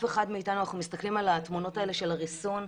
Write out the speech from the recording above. אנחנו מסתכלים על התמונות של הריסון,